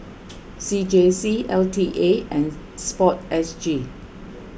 C J C L T A and Sport S G